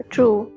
True